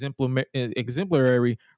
exemplary